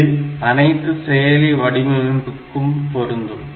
இது அனைத்து செயலி வடிவமைப்புக்கும் பொருந்தும்